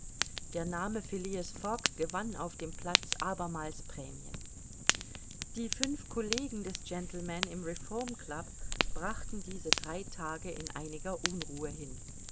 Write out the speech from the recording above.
der name phileas fogg gewann auf dem platz abermals prämien die fünf collegen des gentleman im reformclub brachten diese drei tage in einiger unruhe hin